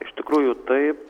iš tikrųjų taip